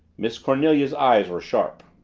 miss cornelia's eyes were sharp.